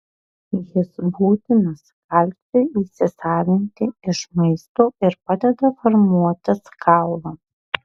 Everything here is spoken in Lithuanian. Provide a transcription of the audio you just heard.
jis būtinas kalciui įsisavinti iš maisto ir padeda formuotis kaulams